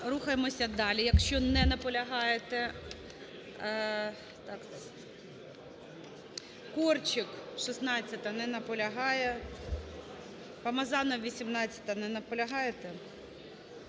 Рухаємося далі, якщо не наполягаєте. Корчик, 16-а. Не наполягає. Помазанов, 18-а, не наполягаєте?